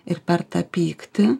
ir per tą pyktį